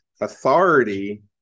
authority